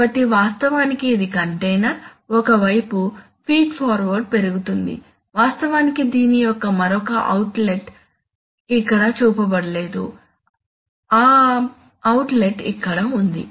కాబట్టి వాస్తవానికి ఇది కంటైనర్ ఒక వైపు ఫీడ్ వాటర్ పెరుగుతుంది వాస్తవానికి దీని యొక్క మరొక అవుట్లెట్ ఇక్కడ చూపబడలేదు ఆ అవుట్లెట్ ఇక్కడ ఉంది